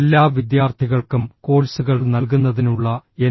എല്ലാ വിദ്യാർത്ഥികൾക്കും കോഴ്സുകൾ നൽകുന്നതിനുള്ള എൻ